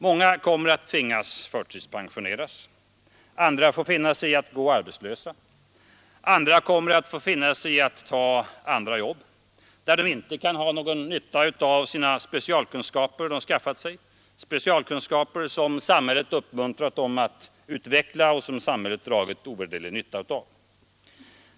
Många kommer att tvingas bli förtidspensionerade, andra får finna sig i att gå arbetslösa, andra kommer att få finna sig i att ta jobb där de inte kan dra nytta av de specialkunskaper de skaffat sig, specialkunskaper som samhället uppmuntrat dem att utveckla och som samhället dragit ovärderlig nytta av.